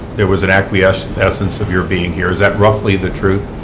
there was an acquiescence acquiescence of your being here. is that roughly the truth?